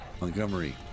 montgomery